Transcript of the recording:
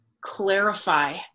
clarify